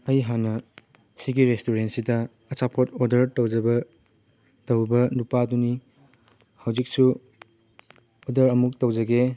ꯑꯩ ꯍꯥꯟꯅ ꯁꯤꯒꯤ ꯔꯦꯁꯇꯨꯔꯦꯟꯁꯤꯗ ꯑꯆꯥꯄꯣꯠ ꯑꯣꯔꯗꯔ ꯇꯧꯖꯕ ꯇꯧꯕ ꯅꯨꯄꯥꯗꯨꯅꯤ ꯍꯧꯖꯤꯛꯁꯨ ꯑꯣꯔꯗꯔ ꯑꯝꯨꯛ ꯇꯧꯖꯒꯦ